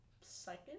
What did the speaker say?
second